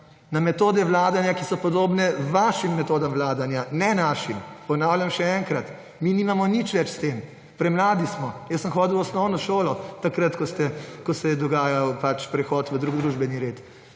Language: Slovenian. na metode vladanja, ki so podobne vašim metodam vladanja, ne našim. Ponavljam še enkrat, mi nimamo nič več s tem. Premladi smo. Jaz sem hodil v osnovno šolo, ko se je dogajal prehod v drug družbeni red.